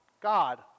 God